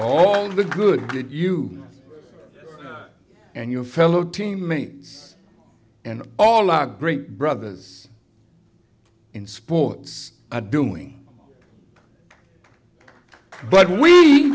all the good that you and your fellow teammates and all our great brothers in sports are doing but we